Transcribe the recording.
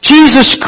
Jesus